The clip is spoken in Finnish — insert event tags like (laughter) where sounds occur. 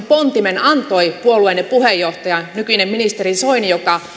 (unintelligible) pontimen antoi puolueenne puheenjohtaja nykyinen ministeri soini joka